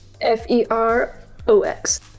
F-E-R-O-X